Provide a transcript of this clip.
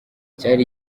cyari